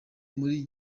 muri